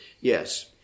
Yes